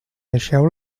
deixeu